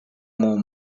more